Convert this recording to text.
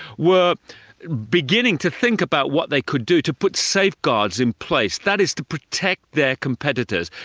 were beginning to think about what they could do to put safeguards in place, that is, to protect their competitors,